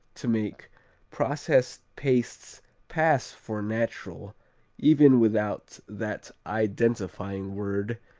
to make processed pastes pass for natural even without that identifying word,